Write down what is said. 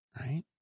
right